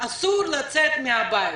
אסור לצאת מן הבית.